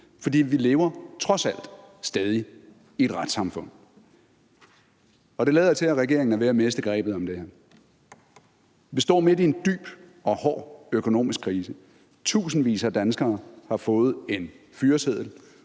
For vi lever trods alt stadig i et retssamfund, og det lader til, at regeringen er ved at miste grebet om det her. Vi står midt i en dyb og hård økonomisk krise. Tusindvis af danskere har fået en fyreseddel,